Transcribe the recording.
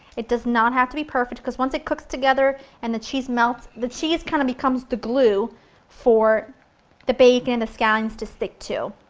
it does not have to be perfect because once it cooks together and the cheese melts, the cheese kind of becomes the glue for the bacon, the scallions to stick to.